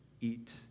eat